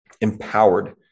empowered